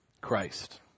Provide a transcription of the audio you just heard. Christ